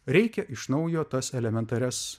reikia iš naujo tas elementarias